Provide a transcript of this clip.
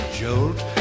jolt